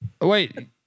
Wait